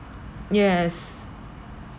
yes